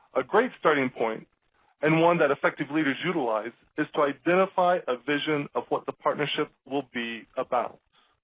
a great starting point and one that effective leaders utilize is to identify a vision of what the partnership will be about.